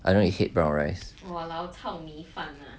I don't really hate brown rice